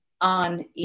on